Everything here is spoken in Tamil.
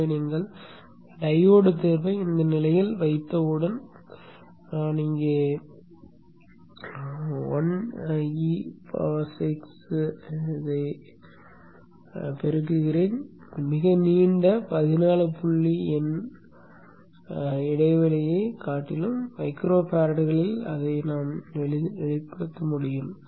எனவே நீங்கள் டையோடு தேர்வை இந்த நிலையில் வைத்தவுடன் நான் இங்கே 1e6 ஆல் பெருக்குகிறேன் மிக நீண்ட 14 புள்ளி எண் இடைவெளியைக் காட்டிலும் மைக்ரோ ஃபாரட்களில் அதை வெளிப்படுத்த முடியும்